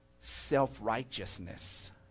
self-righteousness